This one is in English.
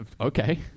Okay